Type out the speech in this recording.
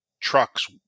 trucks